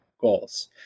goals